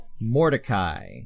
Mordecai